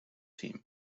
team